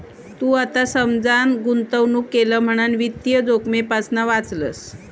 तू आता समजान गुंतवणूक केलं म्हणान वित्तीय जोखमेपासना वाचलंस